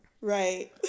Right